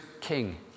king